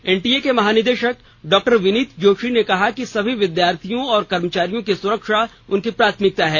NTA के महानिदेशक doctor Vineet Joshi ने कहा कि सभी विद्यार्थियों और कर्मचारियों की सुरक्षा उनकी प्राथमिकता है